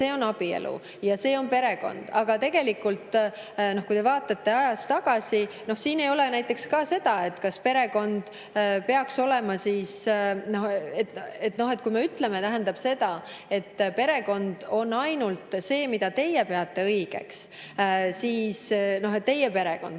see on abielu ja see on perekond. Aga tegelikult, kui te vaatate ajas tagasi, siis siin ei ole näiteks ka seda, kas perekond peaks olema siis … Kui me ütleme, et perekond on ainult see, mida teie peate õigeks – näiteks, et teie perekond